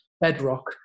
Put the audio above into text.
bedrock